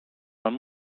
man